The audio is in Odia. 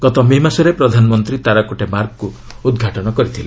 ଗତ ମେ ମାସରେ ପ୍ରଧାନମନ୍ତ୍ରୀ ତାରାକୋଟେ ମାର୍ଗକ୍ ଉଦ୍ଘାଟନ କରିଥିଲେ